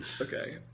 okay